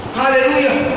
hallelujah